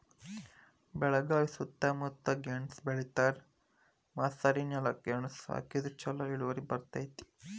ಬೆಳಗಾವಿ ಸೂತ್ತಮುತ್ತ ಗೆಣಸ್ ಬೆಳಿತಾರ, ಮಸಾರಿನೆಲಕ್ಕ ಗೆಣಸ ಹಾಕಿದ್ರ ಛಲೋ ಇಳುವರಿ ಬರ್ತೈತಿ